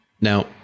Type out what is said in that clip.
Now